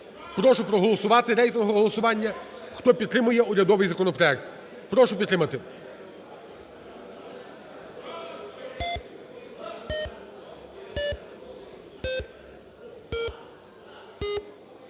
Прошу проголосувати, рейтингове голосування, хто підтримує урядовий законопроект. Прошу підтримати.